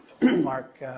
Mark